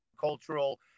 cultural